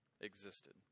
existed